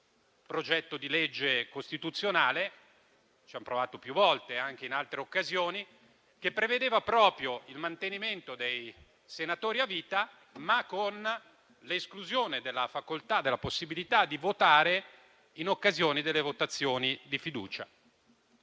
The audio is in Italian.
progetto di legge costituzionale, come il centrodestra ha provato a fare più volte, anche in altre occasioni, prevedendo proprio il mantenimento dei senatori a vita, ma con l'esclusione della possibilità di votare in occasione delle votazioni di fiducia.